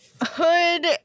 Hood